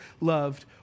loved